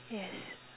yes